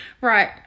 right